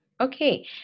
Okay